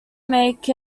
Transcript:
make